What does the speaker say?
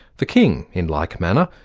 the king, in like manner,